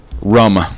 rum